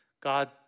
God